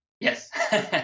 Yes